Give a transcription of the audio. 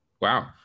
Wow